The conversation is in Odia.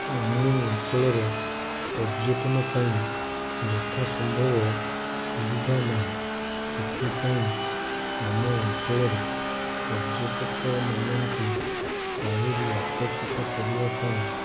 ଆମ ଅଞ୍ଚଳର ପର୍ଯ୍ୟଟନ ପାଇଁ ଯଥା ସମ୍ଭବ ସୁବିଧା ନାହିଁ ସେଥିପାଇଁ ଆମ ଅଞ୍ଚଳରେ ପର୍ଯ୍ୟଟକ ମାନଙ୍କୁ ଆହୁରି ଆକର୍ଷିତ କରିବା ପାଇଁ